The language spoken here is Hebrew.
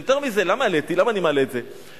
יותר מזה, למה אני מעלה את זה?